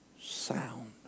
sound